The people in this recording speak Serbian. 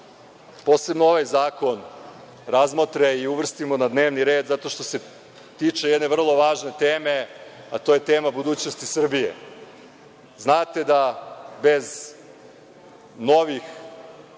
posebno ovaj zakon razmotre i uvrstimo u dnevni red zato što se tiče jedne vrlo važne teme, a to je tema budućnosti Srbije. Znate da bez novih